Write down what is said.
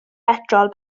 betrol